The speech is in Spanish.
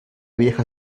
vieja